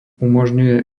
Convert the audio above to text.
umožňuje